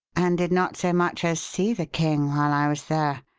and did not so much as see the king while i was there.